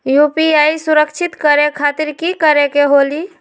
UPI सुरक्षित करे खातिर कि करे के होलि?